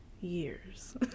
years